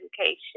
education